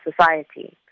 society